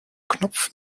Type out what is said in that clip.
knopf